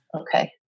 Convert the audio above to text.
Okay